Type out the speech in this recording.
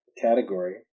category